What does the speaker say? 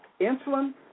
Insulin